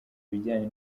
bijyanye